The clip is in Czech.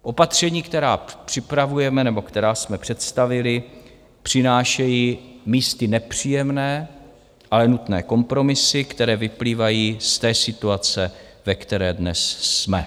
Opatření, která připravujeme nebo která jsme představili, přinášejí místy nepříjemné, ale nutné kompromisy, které vyplývají z té situace, ve které dnes jsme.